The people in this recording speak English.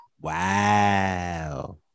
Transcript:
Wow